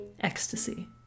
ecstasy